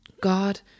God